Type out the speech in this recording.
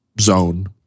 zone